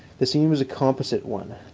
the scene was a composite one,